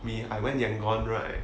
me I went Yangon right